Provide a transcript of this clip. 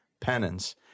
Penance